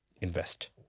Invest